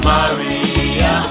Maria